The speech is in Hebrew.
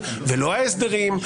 זה לא ההסדרים,